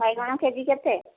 ବାଇଗଣ K G କେତେ